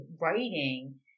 writing